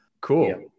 Cool